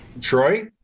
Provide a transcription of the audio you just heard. Troy